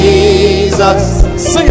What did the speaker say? Jesus